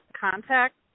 contact